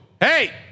Hey